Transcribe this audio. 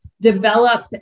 develop